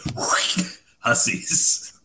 Hussies